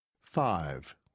Five